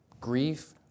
grief